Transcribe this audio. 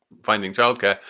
finding childcare.